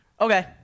Okay